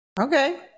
Okay